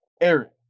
Eric